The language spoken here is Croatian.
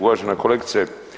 Uvažena kolegice.